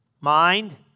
Mind